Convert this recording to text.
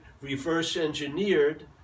reverse-engineered